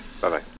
Bye-bye